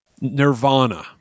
Nirvana